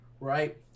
right